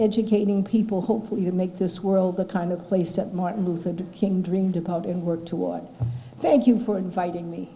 educating people hopefully to make this world a kind of place that martin luther king dreamed about and work toward thank you for inviting me